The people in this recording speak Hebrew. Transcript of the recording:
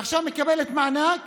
עכשיו היא מקבלת מענק